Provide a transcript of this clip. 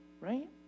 right